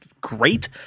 great